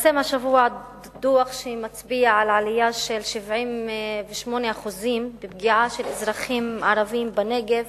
התפרסם השבוע דוח שמצביע על עלייה של 78% בפגיעה של אזרחים ערבים בנגב